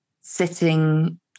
sitting